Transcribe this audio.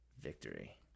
victory